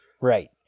Right